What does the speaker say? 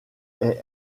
est